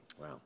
Wow